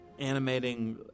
animating